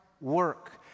work